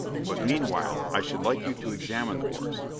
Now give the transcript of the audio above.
but meanwhile i should like you to examine the horse,